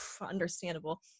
understandable